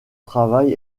travail